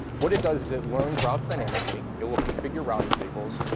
what it does is it learns routes dynamically. it will configure routing tables.